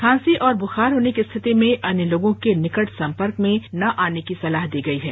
खांसी और बुखार होने की रिथिति में अन्य लोगों के निकट संपर्क में न आने की सलाह दी गई है